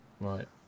Right